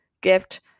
gift